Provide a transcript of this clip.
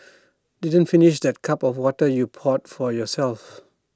didn't finish that cup of water you poured for yourself